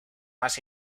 más